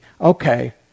Okay